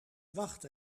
wacht